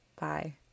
bye